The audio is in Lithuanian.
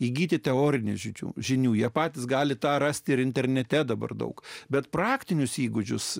įgyti teorinių įgūdžių žinių jie patys gali tą rasti ir internete dabar daug bet praktinius įgūdžius